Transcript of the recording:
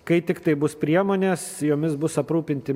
kai tiktai bus priemonės jomis bus aprūpinti